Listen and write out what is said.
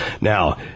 Now